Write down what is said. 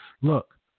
Look